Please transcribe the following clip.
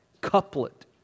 couplet